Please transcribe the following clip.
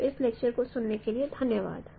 तो इस लेक्चर को सुनने के लिए धन्यवाद